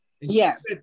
Yes